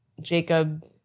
jacob